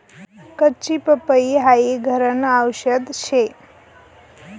कच्ची पपई हाई घरन आवषद शे